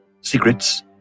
secrets